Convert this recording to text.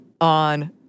on